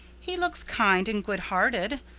he looks kind and good-hearted,